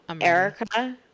erica